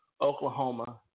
Oklahoma